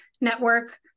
network